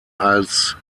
als